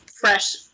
fresh